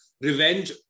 revenge